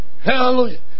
Hallelujah